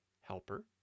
helper